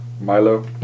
Milo